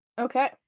Okay